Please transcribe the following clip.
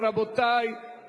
רבותי,